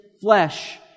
flesh